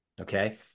Okay